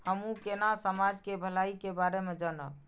हमू केना समाज के भलाई के बारे में जानब?